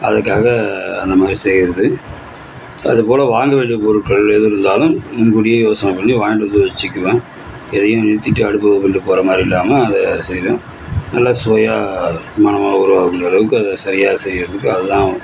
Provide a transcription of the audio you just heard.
அதற்காக நம்ம செய்யறது அது போல வாங்க வேண்டிய பொருட்ள்கள் எது இருந்தாலும் முன்கூட்டியே யோசன பண்ணி வாய்ண்டு வந்து வச்சுக்குவேன் எதையும் நிறுத்திவிட்டு அடுப்பு வெளில போகறமாரி இல்லாமல் அதை செய்வேன் நல்ல சுவையாக மனமாக ஓரளவுக்கு சரியாக செய்ய செய்யறதுக்கு அது தான்